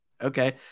okay